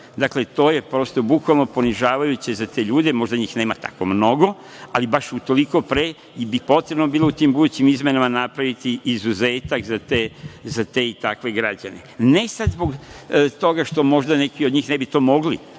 to je prosto bukvalno ponižavajuće za te ljude. Možda njih nema tako mnogo, ali baš u toliko pre bi bilo potrebno u tim budućim izmenama napraviti izuzetak za te i takve građane. Ne zbog toga što možda neki od njih ne bi to mogli,